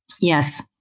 Yes